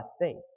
faith